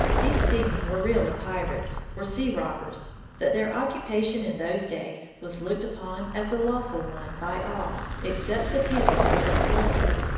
these seamen were really pirates, or sea robbers but their occupation in those days was looked upon as a lawful one by all except the people whom they plundered.